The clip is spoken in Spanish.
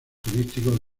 turísticos